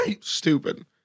stupid